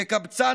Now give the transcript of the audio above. / כקבצן,